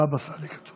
בבא סאלי, כתוב.